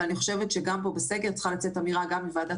אבל אני חושבת שגם פה בסגר צריכה לצאת אמירה גם מוועדת